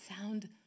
sound